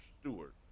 Stewart